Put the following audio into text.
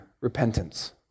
repentance